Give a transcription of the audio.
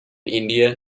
india